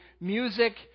music